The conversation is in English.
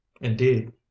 indeed